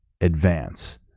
advance